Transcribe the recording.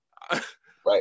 Right